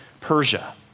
Persia